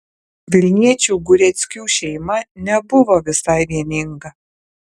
vilniečių gureckių šeima nebuvo visai vieninga